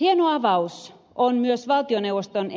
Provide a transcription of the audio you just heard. hieno avaus on myös valtioneuvoston